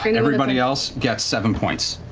i mean everybody else gets seven points.